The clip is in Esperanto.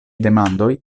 demandoj